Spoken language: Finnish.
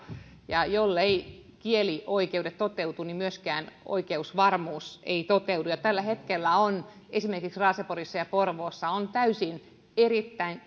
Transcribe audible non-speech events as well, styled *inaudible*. jolleivat kielioikeudet toteudu myöskään oikeusvarmuus ei toteudu tällä hetkellä on esimerkiksi raaseporissa ja porvoossa erittäin *unintelligible*